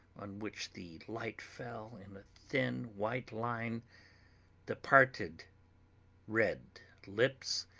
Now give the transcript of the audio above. on which the light fell in a thin white line the parted red lips,